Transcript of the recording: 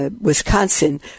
Wisconsin